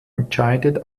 entscheidet